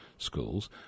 schools